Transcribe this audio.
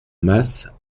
mas